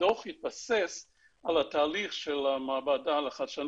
הדוח התבסס על התהליך של המעבדה לחדשנות